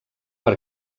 per